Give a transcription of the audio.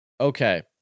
Okay